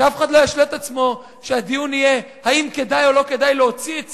שאף אחד לא ישלה את עצמו שהדיון יהיה האם כדאי או לא כדאי להוציא את